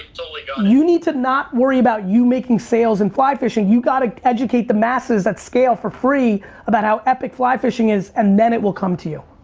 totally got it. you need to not worry about you making sales in fly fishing, you gotta educate the masses at scale for free about how epic fly fishing is and then it will come to you.